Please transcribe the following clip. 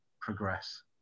progress